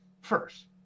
first